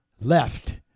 Left